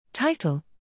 Title